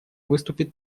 выступит